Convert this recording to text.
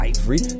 Ivory